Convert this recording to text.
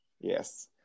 Yes